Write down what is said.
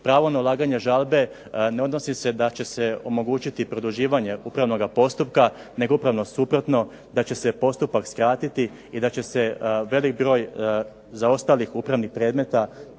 Pravo na ulaganje žalbe ne odnosi se da će se omogućiti produživanje upravnoga postupka nego upravo suprotno da će se postupak skratiti i da će se velik broj zaostalih upravnih predmeta